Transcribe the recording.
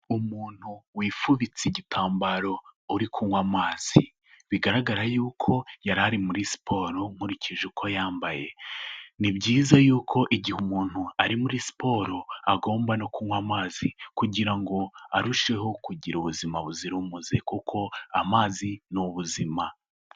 Umuntu wifubitse igitambaro uri kunywa amazi, bigaragara yuko yari ari muri siporo nkurikije uko yambaye. Ni byiza yuko igihe umuntu ari muri siporo agomba no kunywa amazi kugira ngo arusheho kugira ubuzima buzira umuze ,kuko amazi ni ubuzima.